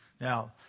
Now